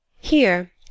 Here